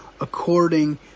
according